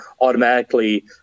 automatically